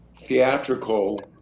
theatrical